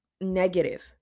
negative